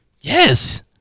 Yes